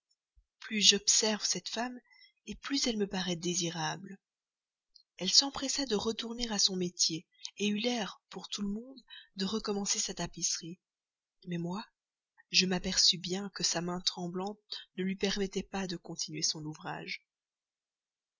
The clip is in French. plus j'observe cette femme plus elle me paraît désirable elle s'empressa de retourner à son métier eut l'air pour tout le monde de recommencer sa tapisserie mais moi je m'aperçus bien que sa main tremblante ne lui permettait pas de continuer son ouvrage